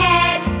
Head